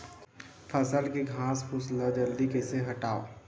फसल के घासफुस ल जल्दी कइसे हटाव?